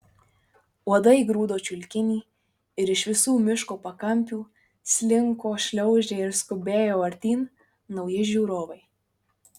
uodai grūdo čiulkinį ir iš visų miško pakampių slinko šliaužė ir skubėjo artyn nauji žiūrovai